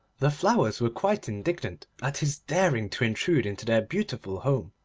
the flowers were quite indignant at his daring to intrude into their beautiful home,